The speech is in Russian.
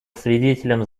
свидетелем